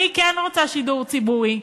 אני כן רוצה שידור ציבורי,